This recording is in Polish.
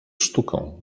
sztuką